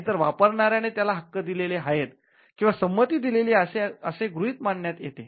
नाहीतर वापरणाऱ्याने त्याला हक्क दिलेले आहेत किंवा संमती दिलेली आहे असे गृहीत मानण्यात येते